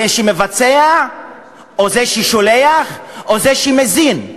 זה שמבצע או זה ששולח או זה שמזין?